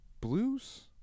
blues